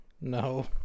No